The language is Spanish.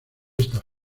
estas